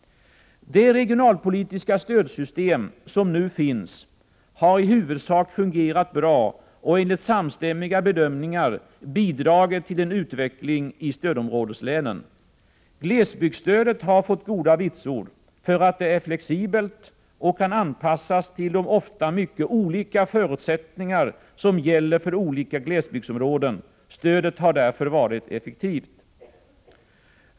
Det regionalpolitiska stödsystem som nu finns har i huvudsak fungerat bra och enligt samstämmiga bedömningar bidragit till en utveckling i stödområdeslänen. Glesbygdsstödet har fått goda vitsord för att det är flexibelt och kan anpassas till de ofta mycket olika förutsättningar som gäller för olika glesbygdsområden. Stödet har därför varit effektivt.